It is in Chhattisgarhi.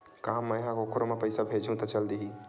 का मै ह कोखरो म पईसा भेजहु त चल देही?